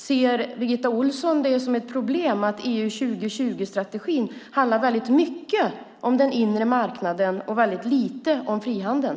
Ser Birgitta Ohlsson det som ett problem att EU 2020-strategin mycket handlar om den inre marknaden och lite om frihandeln?